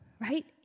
right